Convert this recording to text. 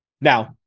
Now